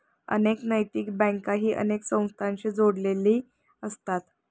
अनेक नैतिक बँकाही अनेक संस्थांशी जोडलेले असतात